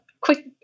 quick